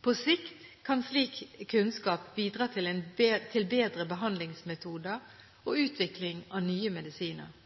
På sikt kan slik kunnskap bidra til bedre behandlingsmetoder og utvikling av nye medisiner.